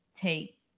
take